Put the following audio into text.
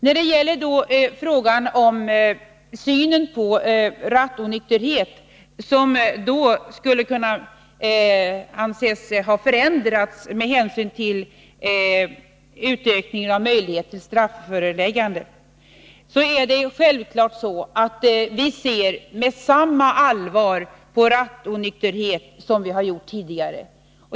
När det gäller frågan om synen på rattonykterhet, som skulle kunna anses ha förändrats med hänsyn till utökningen av möjligheterna till strafföreläggande, är det lika självklart att vi ser med samma allvar på rattonykterhet som vi har gjort tidigare.